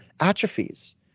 atrophies